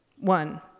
One